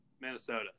Minnesota